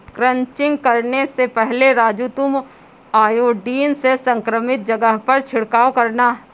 crutching करने से पहले राजू तुम आयोडीन से संक्रमित जगह पर छिड़काव करना